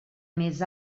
més